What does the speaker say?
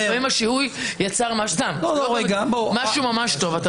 לפעמים השיהוי יצר משהו ממש טוב,